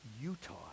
Utah